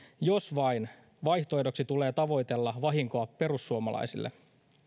jos vaihtoehdoksi tulee vain tavoitella vahinkoa perussuomalaisille